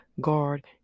guard